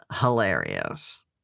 hilarious